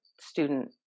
Student